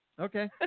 Okay